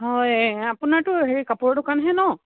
হয় আপোনাৰতো হেৰি কাপোৰৰ দোকানহে ন